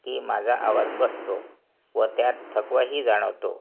की माझा आवाज बसतो व त्यात थकवाही जाणवतो